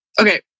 Okay